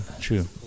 true